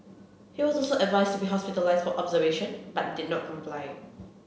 he was also advised to be hospitalised for observation but did not comply